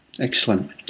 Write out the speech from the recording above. Excellent